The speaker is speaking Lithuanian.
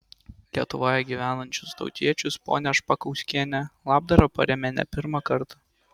lietuvoje gyvenančius tautiečius ponia špakauskienė labdara paremia ne pirmą kartą